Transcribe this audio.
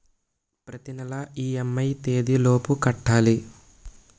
ప్రతినెల ఇ.ఎం.ఐ ఎ తేదీ లోపు కట్టాలి?